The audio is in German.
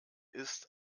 ist